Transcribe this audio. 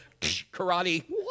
karate